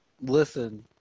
Listen